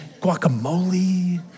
guacamole